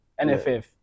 NFF